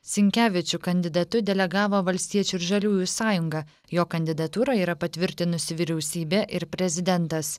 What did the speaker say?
sinkevičių kandidatu delegavo valstiečių ir žaliųjų sąjunga jo kandidatūrą yra patvirtinusi vyriausybė ir prezidentas